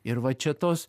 ir va čia tos